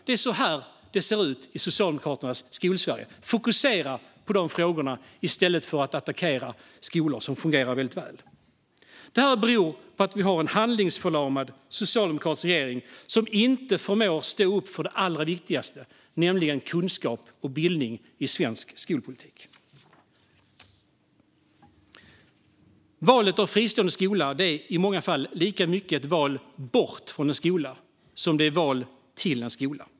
Det är så här det ser ut i Socialdemokraternas Skolsverige. Fokusera på dessa frågor i stället för att attackera skolor som fungerar väldigt väl! Det här beror på att vi har en handlingsförlamad socialdemokratisk regering som inte förmår att stå upp för det allra viktigaste, nämligen kunskap och bildning, i svensk skolpolitik. Valet av fristående skola är i många fall lika mycket ett val bort från en skola som ett val till en skola.